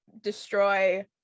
destroy